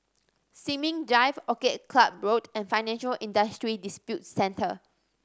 Sin Ming Drive Orchid Club Road and Financial Industry Disputes Center